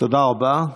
תודה רבה.